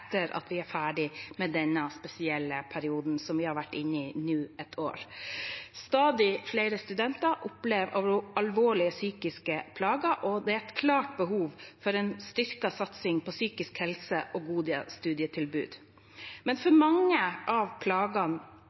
at vi er ferdig med denne spesielle perioden som vi nå har vært inne i et år. Stadig flere studenter opplever alvorlige psykiske plager, og det er et klart behov for en styrket satsing på psykisk helse og gode studietilbud. For mange er plagene